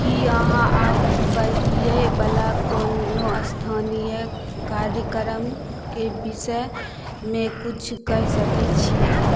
की अहाँ आबहि बला कोनो स्थानीय कार्यक्रमके विषयमे किछु कहि सकै छियै